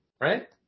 Right